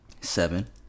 Seven